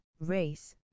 race